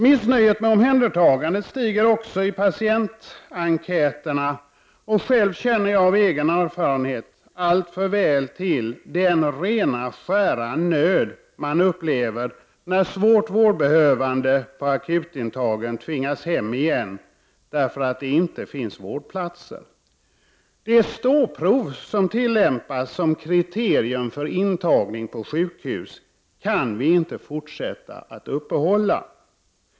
Missnöjet med omhändertagandet stiger också i patientenkäterna. Själv känner jag av egen erfarenhet alltför väl till den rena skära nöd man upplever när svårt vårdbehövande på akutintagen tvingas hem igen därför att det inte finns vårdplatser. Det ståprov som tillämpas som kriterium för intagning på sjukhus kan vi inte fortsätta att uppehålla.